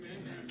Amen